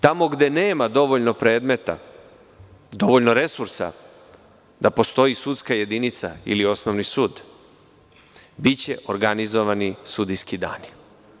Tamo gde nema dovoljno predmeta, dovoljno resursa da postoji sudska jedinica ili osnovni sud, biće organizovani sudijski dani.